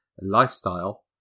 lifestyle